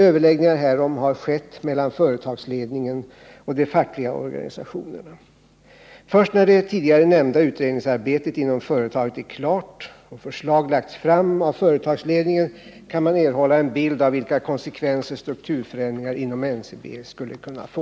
Överläggningar härom har skett mellan företagsledningen och de fackliga organisationerna. Först när det tidigare nämnda utredningsarbetet inom företaget är klart och förslag lagts fram av företagsledningen kan man erhålla en bild av vilka konsekvenser strukturförändringar inom NCB skulle kunna få.